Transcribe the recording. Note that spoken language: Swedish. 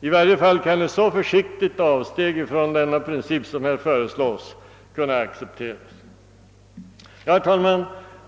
I varje fall skulle ett så försiktigt avsteg som det som här föreslås kunna accepteras. Herr talman!